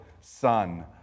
Son